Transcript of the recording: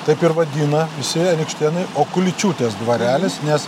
taip ir vadina visi anykštėnai okuličiūtės dvarelis nes